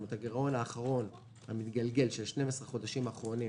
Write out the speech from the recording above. כלומר הגירעון האחרון המתגלגל של 12 החודשים האחרונים